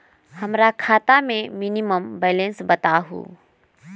हमरा खाता में मिनिमम बैलेंस बताहु?